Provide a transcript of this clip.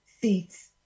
seats